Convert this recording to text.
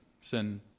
sin